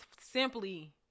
simply